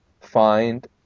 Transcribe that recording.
find